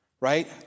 right